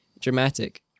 dramatic